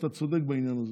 ואתה צודק בעניין הזה.